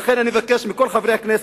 ולכן אני מבקש מכל חברי הכנסת,